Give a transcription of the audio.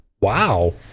Wow